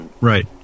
Right